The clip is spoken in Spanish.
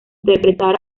interpretar